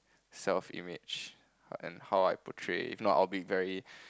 self image and how I portray if not I'll be very